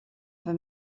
for